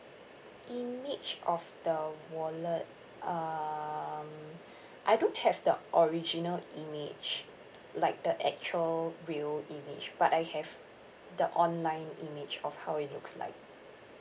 image of the wallet um I don't have the original image like the actual real image but I have the online image of how it looks like